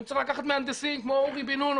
ואם צריך לקחת מהנדסים כמו אורי בן נון או